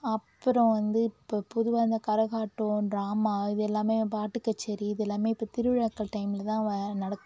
அப்புறம் வந்து இப்போ பொதுவாக இந்த கரகாட்டம் ட்ராமா இது எல்லாமே பாட்டு கச்சேரி இது எல்லாமே இப்போ திருவிழாக்கள் டைமில்தான் வ நட